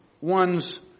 one's